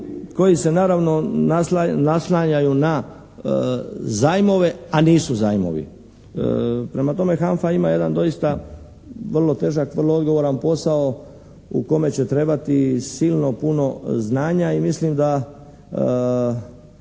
koji se naravno naslanjaju na zajmove, a nisu zajmovi. Prema tome, HANFA ima jedan doista vrlo težak, vrlo odgovoran posao u kome će trebati silno puno znanja i mislim da